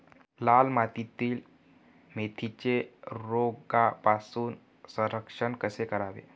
लाल मातीतील मेथीचे रोगापासून संरक्षण कसे करावे?